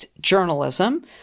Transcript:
journalism